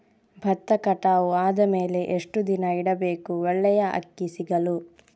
ಭತ್ತ ಕಟಾವು ಆದಮೇಲೆ ಎಷ್ಟು ದಿನ ಇಡಬೇಕು ಒಳ್ಳೆಯ ಅಕ್ಕಿ ಸಿಗಲು?